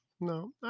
No